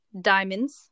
diamonds